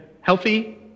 Healthy